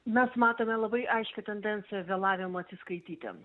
mes matome labai aiškią tendenciją vėlavimo atsiskaityti